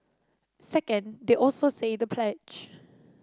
second they also say the pledge